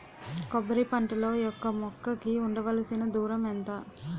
కొబ్బరి పంట లో మొక్క మొక్క కి ఉండవలసిన దూరం ఎంత